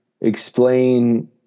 explain